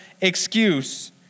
excuse